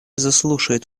заслушает